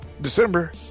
December